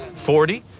forty?